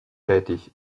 tätig